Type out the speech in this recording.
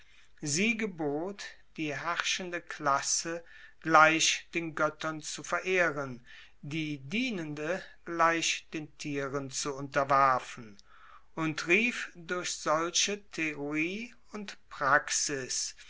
sie gebot die herrschende klasse gleich den goettern zu verehren die dienende gleich den tieren zu unterwerfen und rief durch solche theorie und praxis